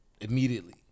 immediately